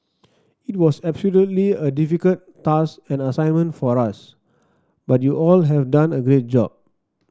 it was absolutely a difficult task and assignment for us but you all have done a great job